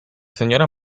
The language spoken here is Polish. seniora